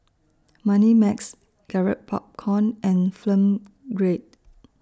Moneymax Garrett Popcorn and Film Grade